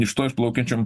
iš to išplaukiančiom